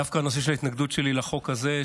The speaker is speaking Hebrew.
דווקא הנושא של ההתנגדות שלי לחוק הזה,